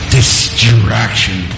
Distraction